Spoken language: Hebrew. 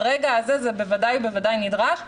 ברגע הזה זה בוודאי בוודאי נדרש.